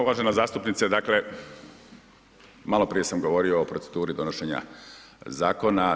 A uvažena zastupnice, dakle, maloprije sam govorio o proceduri donošenja zakona.